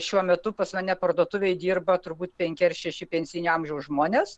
šiuo metu pas mane parduotuvėj dirba turbūt penki ar šeši pensijinio amžiaus žmonės